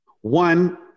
One